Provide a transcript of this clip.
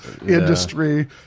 industry